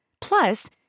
Plus